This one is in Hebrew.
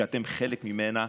שאתם חלק ממנה: